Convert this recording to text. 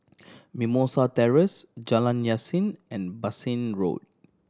Mimosa Terrace Jalan Yasin and Bassein Road